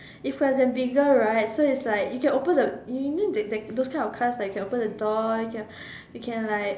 if could have bigger right so is like you can open the you know that that those kind of car like you can open the door you can you can like